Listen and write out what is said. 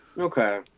okay